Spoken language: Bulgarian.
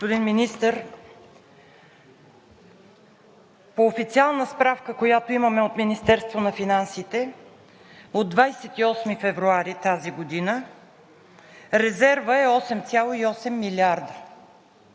Господин Министър, по официална справка, която имаме от Министерството на финансите от 28 февруари 2021 г., резервът е 8,8 милиарда.